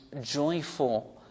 joyful